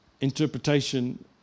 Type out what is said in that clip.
interpretation